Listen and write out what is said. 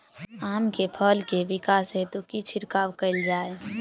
आम केँ फल केँ विकास हेतु की छिड़काव कैल जाए?